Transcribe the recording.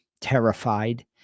terrified